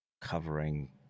covering